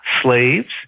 slaves